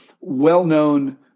well-known